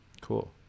Cool